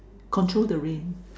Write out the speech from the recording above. control the rain